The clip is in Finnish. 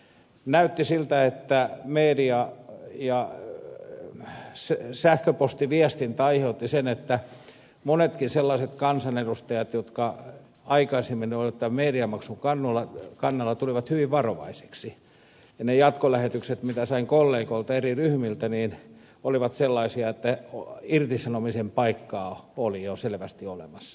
näytti siltä että media ja sähköpostiviestintä aiheutti sen että monet sellaisetkin kansanedustajat jotka aikaisemmin olivat tämän mediamaksun kannalla tulivat hyvin varovaisiksi ja ne jatkolähetykset mitä sain kollegoilta eri ryhmistä olivat sellaisia että irtisanomisen paikkaa oli jo selvästi olemassa